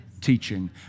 teaching